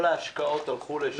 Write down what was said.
כל ההשקעות הלכו לשם.